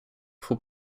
who